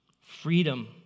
Freedom